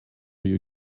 you